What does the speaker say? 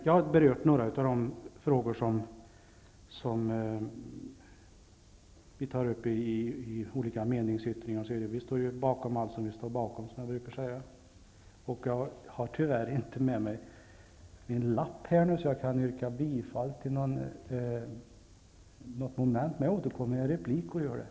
Jag har berört några av de frågor som vi tagit upp som meningsyttringar. Vi står bakom allt som vi står bakom, som jag brukar säga. När det gäller bifallsyrkande återkommer jag i en replik.